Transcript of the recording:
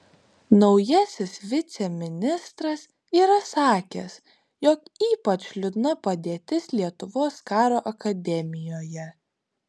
naujasis viceministras yra sakęs jog ypač liūdna padėtis lietuvos karo akademijoje